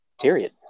Period